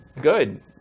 good